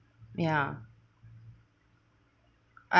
ya I